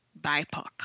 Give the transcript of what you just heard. BIPOC